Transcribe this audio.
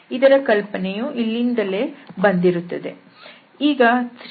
ಇದರ ಕಲ್ಪನೆಯು ಇಲ್ಲಿಂದಲೇ ಬಂದಿರುತ್ತದೆ